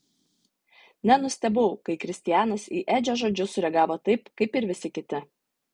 nenustebau kai kristianas į edžio žodžius sureagavo taip kaip ir visi kiti